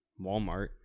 Walmart